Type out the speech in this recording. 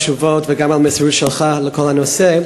על התשובות וגם על המסירות שלך לכל הנושא.